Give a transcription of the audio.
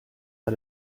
pas